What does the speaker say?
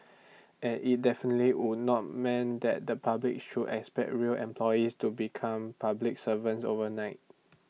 and IT definitely would not mean that the public should expect rail employees to become public servants overnight